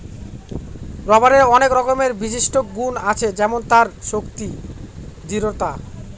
রবারের আনেক রকমের বিশিষ্ট গুন আছে যেমন তার শক্তি, দৃঢ়তা